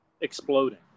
exploding